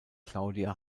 claudia